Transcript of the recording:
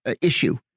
issue